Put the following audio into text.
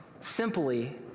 simply